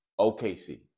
OKC